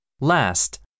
Last